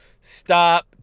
stop